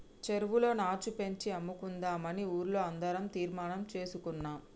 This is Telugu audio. చెరువులో నాచు పెంచి అమ్ముకుందామని ఊర్లో అందరం తీర్మానం చేసుకున్నాం